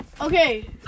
Okay